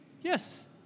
yes